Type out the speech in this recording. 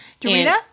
Dorita